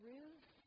Ruth